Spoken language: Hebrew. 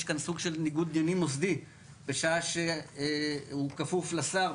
יש כאן סוג של ניגוד עניינים מוסדי בשעה שהוא כפוף לשר,